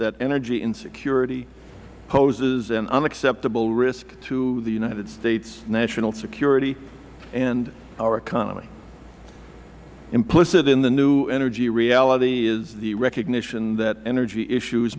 that energy insecurity poses an unacceptable risk to the united states's national security and our economy implicit in the new energy reality is the recognition that energy issues